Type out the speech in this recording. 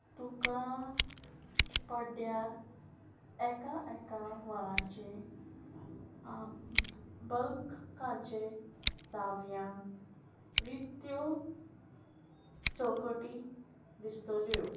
तुका पड्ड्यार एका एका वरांचे बल्कांचे दाव्यान रित्यो चौकटी दिसतल्यो